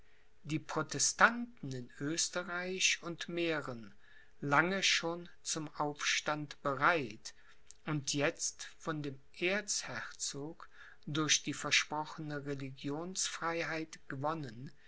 die protestanten in oesterreich und mähren lange schon zum aufstand bereit und jetzt von dem erzherzog durch die versprochene religionsfreiheit gewonnen